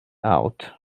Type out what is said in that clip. out